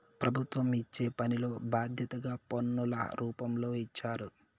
ప్రభుత్వం ఇచ్చే పనిలో బాధ్యతగా పన్నుల రూపంలో ఇచ్చారు